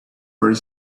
were